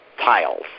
tiles